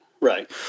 right